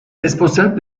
responsable